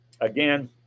again